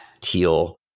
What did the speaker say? teal